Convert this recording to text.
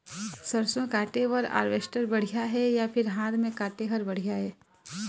सरसों काटे बर हारवेस्टर बढ़िया हे या फिर हाथ म काटे हर बढ़िया ये?